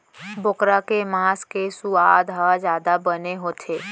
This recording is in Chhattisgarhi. बोकरा के मांस के सुवाद ह जादा बने होथे